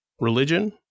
religion